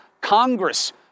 Congress